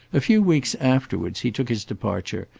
a few weeks afterwards he took his departure,